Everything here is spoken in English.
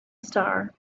star